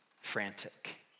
frantic